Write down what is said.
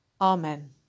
Amen